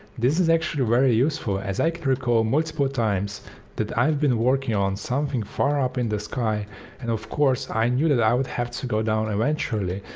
this is actually very useful as i can recall multiple times that i've been working on something far up in the sky and of course i knew that i would have to go down eventually,